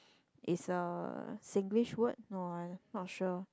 is a Singlish word no ah not sure